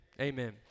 Amen